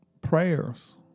prayers